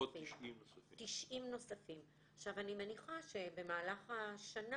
אני מניחה שבמהלך השנה